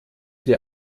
der